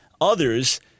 others